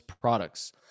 products